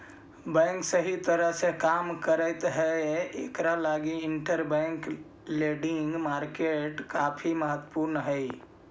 bank सही तरह से काम करैत हई इकरा लगी इंटरबैंक लेंडिंग मार्केट काफी महत्वपूर्ण हई